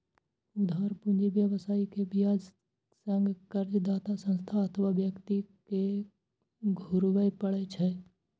उधार पूंजी व्यवसायी कें ब्याज संग कर्जदाता संस्था अथवा व्यक्ति कें घुरबय पड़ै छै